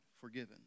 forgiven